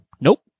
Nope